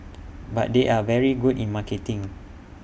but they are very good in marketing